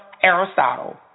Aristotle